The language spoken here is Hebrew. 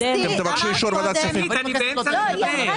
אסתי, אמרת קודם --- לא, אבל אני באמצע לדבר.